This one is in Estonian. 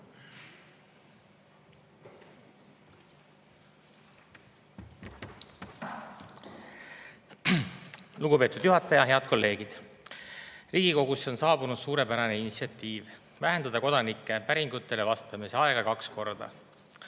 Lugupeetud juhataja! Head kolleegid! Riigikogusse on saabunud suurepärane initsiatiiv vähendada kodanike päringutele vastamise aega kaks korda: